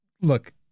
look